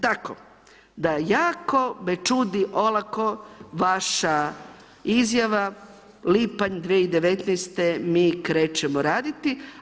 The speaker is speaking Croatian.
Tako da jako me čudi olako vaša izjava lipanj 2019. mi krećemo raditi.